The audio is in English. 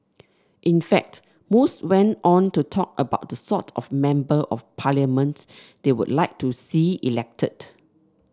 in fact most went on to talk about the sort of Member of Parliament they would like to see elected